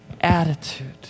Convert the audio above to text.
attitude